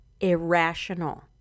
irrational